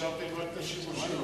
השארתם רק את השימושים.